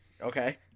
Okay